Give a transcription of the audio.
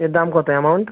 এর দাম কতো অ্যামাউন্ট